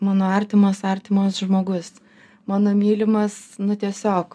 mano artimas artimas žmogus mano mylimas nu tiesiog